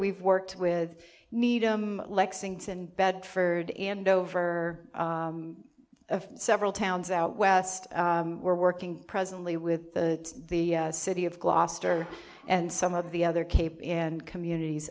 we've worked with needham lexington bedford and over of several towns out west we're working presently with the the city of gloucester and some of the other cape in communities